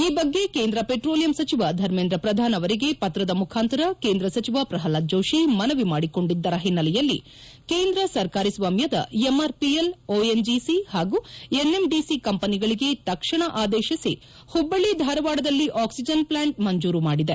ಈ ಬಗ್ಗೆ ಕೇಂದ್ರ ಪೆಟ್ರೋಲಿಯಂ ಸಚಿವ ಧರ್ಮೇಂದ್ರ ಪ್ರಧಾನ್ ಅವರಿಗೆ ಪತ್ರದ ಮುಖಾಂತರ ಕೇಂದ್ರ ಸಚಿವ ಪ್ರಲ್ನಾದ ಜೋತಿ ಮನವಿ ಮಾಡಿಕೊಂಡಿದ್ದರ ಹಿನ್ನೆಲೆಯಲ್ಲಿ ಕೇಂದ್ರ ಸರ್ಕಾರಿ ಸ್ವಾಮ್ಯದ ಎಂಆರ್ಪಿಎಲ್ ಓಎನ್ಜಿಸಿ ಹಾಗೂ ಎನ್ಎಂಡಿಸಿ ಕಂಪನಿಗಳಿಗೆ ತಕ್ಷಣ ಆದೇಶಿಸಿ ಹುಬ್ಬಳ್ಳಿ ಧಾರವಾಡದಲ್ಲಿ ಆಕ್ಷಿಜನ್ ಪ್ಲಾಂಟ್ ಮಂಜೂರು ಮಾಡಿದೆ